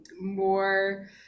more